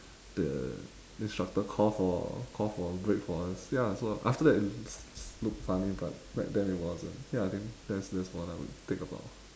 the instructor call for call for break for us ya so after that look funny but back then it wasn't ya I think that's that's one I would think about